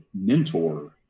mentor